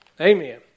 Amen